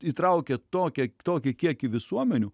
įtraukia tokią tokį kiekį visuomenių